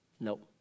Nope